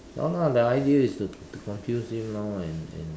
no lah the idea is to to confuse him now and and